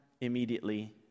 immediately